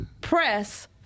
press